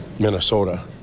Minnesota